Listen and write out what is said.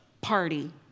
party